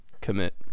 commit